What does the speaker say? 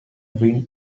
wind